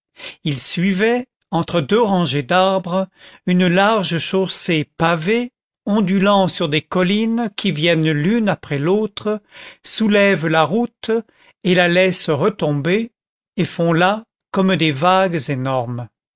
il suivait entre deux rangées d'arbres une large chaussée pavée ondulant sur des collines qui viennent l'une après l'autre soulèvent la route et la laissent retomber et font là comme des vagues énormes